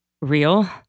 real